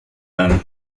them